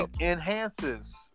enhances